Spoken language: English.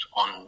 on